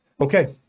Okay